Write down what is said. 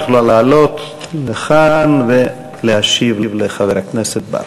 את יכולה לעלות לכאן ולהשיב לחבר הכנסת בר.